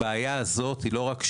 הבעיה הזאת היא לא רק שלו,